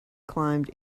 climbed